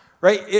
Right